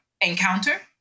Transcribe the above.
encounter